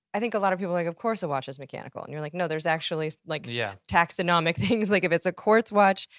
i think a lot of people are like, of course a watch is mechanical, and you're like, no, there's actually like yeah taxonomic things, like if it's a quartz watch,